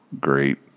great